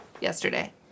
yesterday